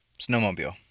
Snowmobile